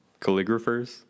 calligraphers